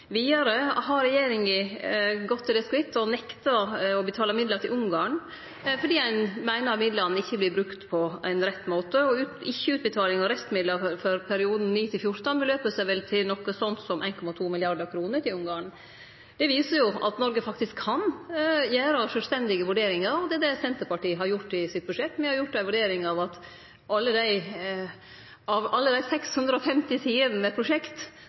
Vidare har regjeringa gått til det skritt å nekte å betale midlar til Ungarn fordi ein meiner midlane ikkje vert brukte på rett måte. Ikkje utbetaling av restmidlar for perioden 2009–2014 utgjer vel noko sånt som 1,2 mrd. kr til Ungarn. Det viser jo at Noreg faktisk kan gjere sjølvstendige vurderingar, og det er det Senterpartiet har gjort i sitt budsjett. Me har gjort ei vurdering av at av alle dei 650 sidene med prosjekt